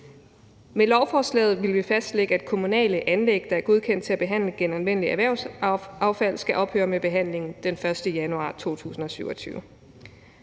Med lovforslaget vil vi fastlægge, at kommunale anlæg, der er godkendt til at behandle genanvendeligt erhvervsaffald, skal ophøre med behandlingen den 1. januar 2027.